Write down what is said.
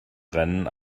rennen